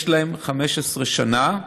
יש בהן 15 שנה,